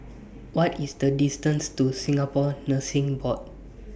What IS The distance to Singapore Nursing Board